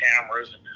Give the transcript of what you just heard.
cameras